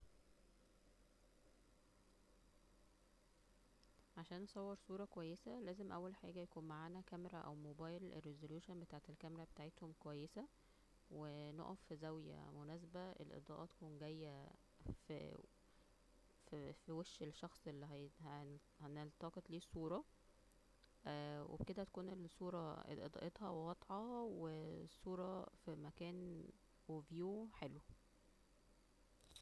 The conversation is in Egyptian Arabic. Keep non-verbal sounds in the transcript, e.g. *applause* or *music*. عشان نصور صورة كويسة لازم الاول يكون معانا كاميرا او موبايل الresoultion بتاعت الكاميرا بتاعتهم كويسة, و نقف فى زاوية مناسبة, والاضاءة تكون جاية ف-ف-فى وش الشخص اللى ه-ي هن- هنلتقط ليه صورة- وبكدا *noise* تكون الصورة اضاءتها واضحة والصورة *hesitation* تكون فو مكان و فيو حلو